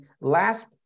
last